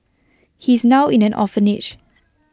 he's now in an orphanage